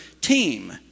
team